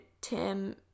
Tim